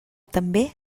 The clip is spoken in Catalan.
també